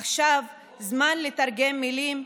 עכשיו זמן לתרגם מילים,